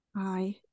hi